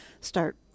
start